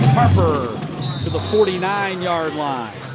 harper to the forty nine yard line.